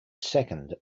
second